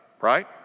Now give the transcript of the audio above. right